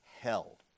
hell